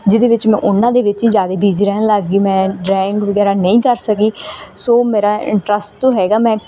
ਜਿਹਦੇ ਵਿੱਚ ਮੈਂ ਉਹਨਾਂ ਦੇ ਵਿੱਚ ਮੈਂ ਜ਼ਿਆਦਾ ਬਿਜੀ ਰਹਿਣ ਲੱਗ ਗਈ ਮੈਂ ਡਰਾਇੰਗ ਵਗੈਰਾ ਨਹੀਂ ਕਰ ਸਕੀ ਸੋ ਮੇਰਾ ਇੰਟ੍ਰਸਟ ਤਾਂ ਹੈਗਾ ਮੈਂ